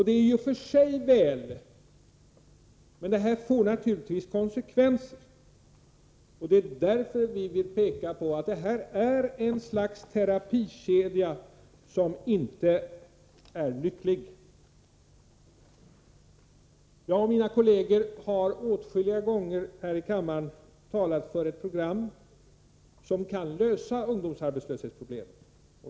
Det är i och för sig väl, men detta får naturligtvis konsekvenser, och det är därför som vi vill peka på att det är ett slags terapikedja som inte är lycklig. Jag och mina kolleger har åtskilliga gånger här i kammaren talat för ett program som kan lösa problemen med ungdomsarbetslösheten.